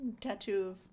Tattoo